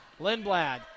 Lindblad